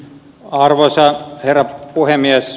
arvoisa herra puhemies